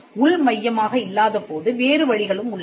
உள் மையமாக இல்லாதபோது வேறு வழிகளும் உள்ளன